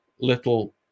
Little